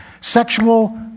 sexual